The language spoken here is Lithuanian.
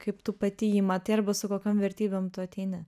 kaip tu pati jį matai arba su kokiom vertybėm tu ateini